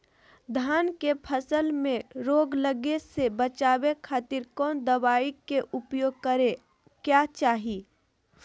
धान के फसल मैं रोग लगे से बचावे खातिर कौन दवाई के उपयोग करें क्या चाहि?